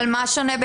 אבל מה שונה?